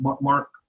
Mark